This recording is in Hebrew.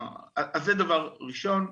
אז זה דבר ראשון.